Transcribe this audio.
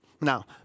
Now